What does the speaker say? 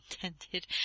intended